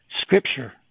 Scripture